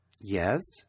yes